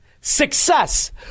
Success